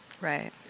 Right